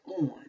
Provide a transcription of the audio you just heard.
on